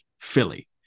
Philly